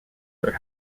their